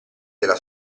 della